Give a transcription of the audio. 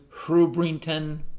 Hrubrington